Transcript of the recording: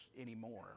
anymore